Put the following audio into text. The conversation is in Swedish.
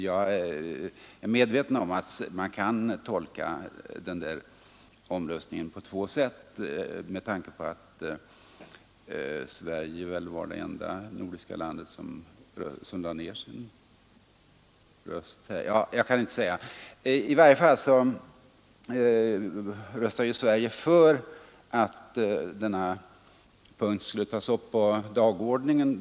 Jag är medveten om att man kan tolka omröstningen på två sätt med tanke på att Sverige väl var det enda nordiska land som lade ner sin röst. Sverige röstade i varje fall den 17 oktober för att denna punkt skulle tas upp på dagordningen.